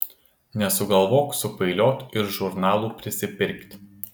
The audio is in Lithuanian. nesugalvok sukvailiot ir žurnalų prisipirkt